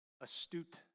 astute